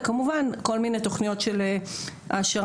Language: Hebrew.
וכמובן כל מיני תכניות של העשרה,